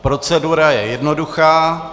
Procedura je jednoduchá.